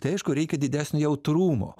tai aišku reikia didesnio jautrumo